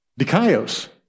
dikaios